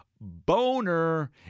Boner